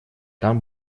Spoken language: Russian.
там